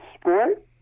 sport